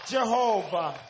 Jehovah